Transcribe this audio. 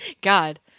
god